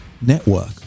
network